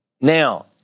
Now